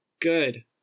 Good